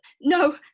no